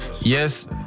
Yes